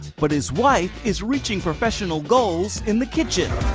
but his wife is reaching professional goals in the kitchen.